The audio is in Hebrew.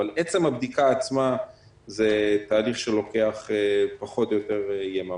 אבל עצם הבדיקה עצמה זה תהליך שלוקח פחות או יותר יממה.